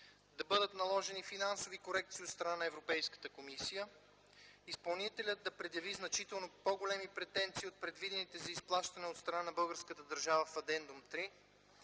да бъдат наложени финансови корекции от страна на Европейската комисия; - изпълнителят да предяви значително по-големи претенции от предвидените за изплащане от страна на българската държава в Адендум 3;